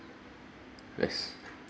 yes